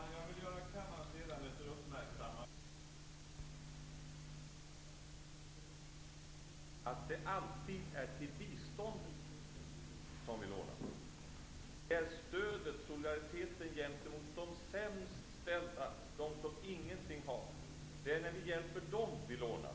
Herr talman! Jag vill göra kammarens ledamöter uppmärksamma på -- om de inte tänkt den tanken tidigare -- att det alltid är till biståndet som vi lånar. Det är till solidariteten med de sämst ställda, de som ingenting har, som vi lånar.